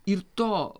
ir to